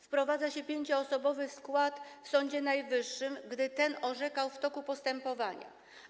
Wprowadza się 5-osobowy skład w Sądzie Najwyższym, gdy ten orzekał w toku postępowania.